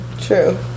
True